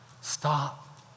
Stop